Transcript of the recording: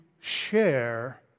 share